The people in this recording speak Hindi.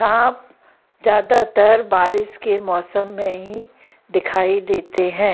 सांप ज़्यादातर बारिश के मौसम में ही दिखाई देते हैं